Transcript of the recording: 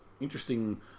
interesting